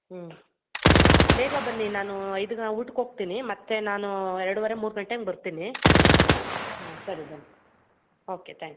ಹ್ಞೂ ಬೇಗ ಬನ್ನಿ ನಾನು ಐ ಊಟಕ್ಕೆ ಹೋಗ್ತೀನಿ ಮತ್ತು ನಾನು ಎರಡೂವರೆ ಮೂರು ಗಂಟೆ ಹಂಗ್ ಬರ್ತೀನಿ ಹಾಂ ಸರಿ ಬನ್ನಿ ಓಕೆ ತ್ಯಾಂಕ್ ಯು